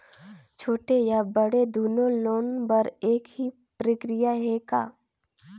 छोटे या बड़े दुनो लोन बर एक ही प्रक्रिया है का?